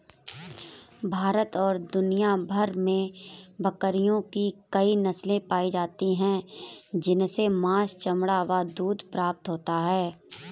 भारत और दुनिया भर में बकरियों की कई नस्ले पाली जाती हैं जिनसे मांस, चमड़ा व दूध प्राप्त होता है